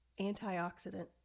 antioxidant